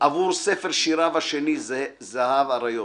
עבור ספר שיריו השני "זהב אריות".